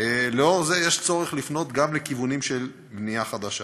יש צורך לפנות גם לכיוונים של בנייה חדשה.